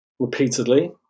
Repeatedly